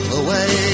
away